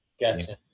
Gotcha